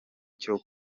cyo